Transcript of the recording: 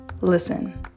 Listen